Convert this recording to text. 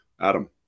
Adam